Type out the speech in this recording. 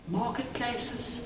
marketplaces